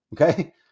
okay